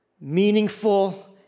meaningful